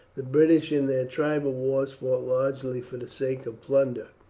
the british in their tribal wars fought largely for the sake of plunder.